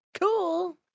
Cool